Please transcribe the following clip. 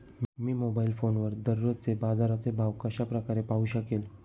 मी mobile फोनवर दररोजचे बाजाराचे भाव कशा प्रकारे पाहू शकेल?